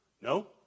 No